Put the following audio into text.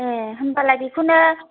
ए होनब्लाय बेखौनो